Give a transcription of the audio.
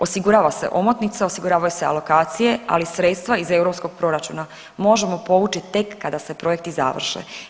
Osigurava se omotnica, osiguravaju se alokacije, ali sredstva iz europskog proračuna možemo povući tek kada se projekti završe.